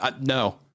no